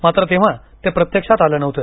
मात्र तेव्हा ते प्रत्यक्षात आलं नव्हतं